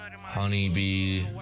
honeybee